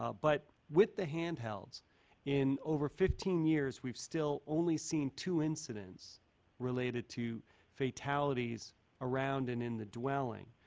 ah but with the handhelds in over fifteen years, we've still only seen two incidence related to fatalities around and in the dwelling.